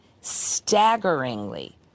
Staggeringly